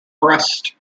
breast